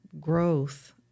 growth